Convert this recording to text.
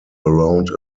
around